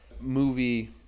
movie